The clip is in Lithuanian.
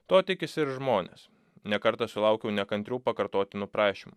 to tikisi ir žmonės ne kartą sulaukiau nekantrių pakartotinų prašymų